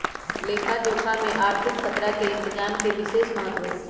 लेखा जोखा में आर्थिक खतरा के इतजाम के विशेष महत्व हइ